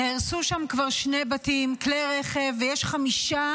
נהרסו שם כבר שני בתים, כלי רכב, ויש חמישה